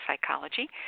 Psychology